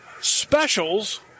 specials